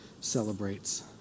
celebrates